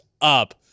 up